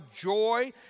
joy